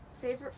favorite